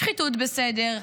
שחיתות בסדר.